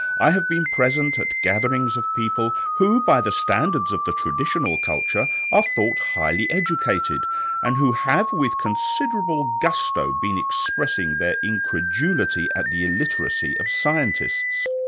i have been present at gatherings of people who, by the standards of the traditional culture, are thought highly educated and who have with considerable gusto been expressing their incredulity at the illiteracy of scientists.